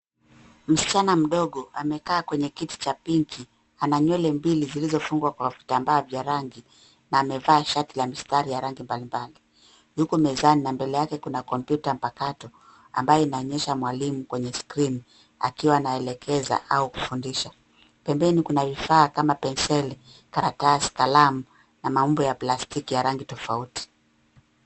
Msichana mdogo amekaa kwenye kiti cha pinki, ana nywele mbili zilizofungwa kwa vitambaa vya rangi na amevaa shati la mistari ya rangi mbalimbali. Yuko mezani na mbele yake kuna kompyuta mpakato ambayo inaonyesha mwalimu kwenye skrini akiwa anaelekeza au kufundisha. Pembeni kuna vifaa kama penseli, karatasi, kalamu na maumbo ya plastiki ya rangi tofauti.